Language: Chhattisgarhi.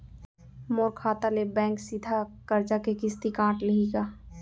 मोर खाता ले बैंक सीधा करजा के किस्ती काट लिही का?